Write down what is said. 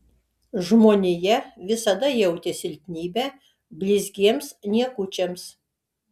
žmonija visada jautė silpnybę blizgiems niekučiams